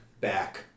back